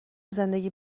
زندگی